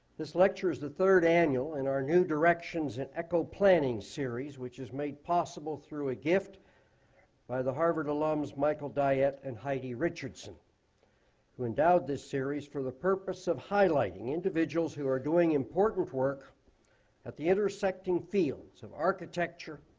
this lecture is the third annual in our new directions and echo planning series, which is made possible through a gift by the harvard alums michael dyett and heidi richardson who endowed this series for the purpose of highlighting individuals who are doing important work at the intersecting fields of architecture,